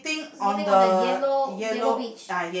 sitting on a yellow yellow beach